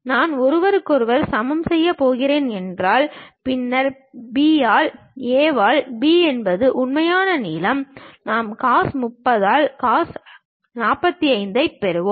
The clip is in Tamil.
நான் ஒருவருக்கொருவர் சமன் செய்யப் போகிறேன் என்றால் பின்னர் B ஆல் A ஆல் B என்பது உண்மையான நீளம் நான் cos 30 ஆல் cos 45 ஐப் பெறுவேன்